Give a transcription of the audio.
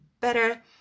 better